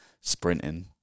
sprinting